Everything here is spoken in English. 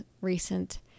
recent